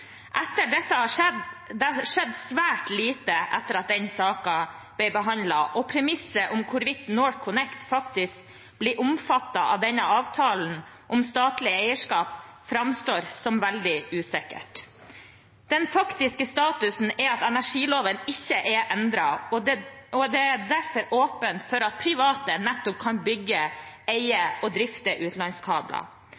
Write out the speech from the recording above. Det har skjedd svært lite etter at den saken ble behandlet, og premisset om hvorvidt NorthConnect faktisk blir omfattet av denne avtalen om statlig eierskap, framstår som veldig usikkert. Den faktiske statusen er at energiloven ikke er endret, og det er derfor åpent for at private nettopp kan bygge, eie